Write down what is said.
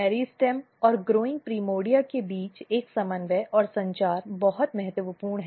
मेरिस्टेमऔर बढ़ते प्राइमोर्डिया के बीच एक समन्वय और संचार बहुत महत्वपूर्ण है